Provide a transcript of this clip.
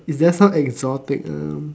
is there some exotic uh